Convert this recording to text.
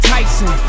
Tyson